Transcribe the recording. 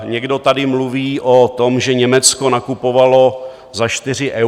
Někdo tady mluví o tom, že Německo nakupovalo za 4 eura.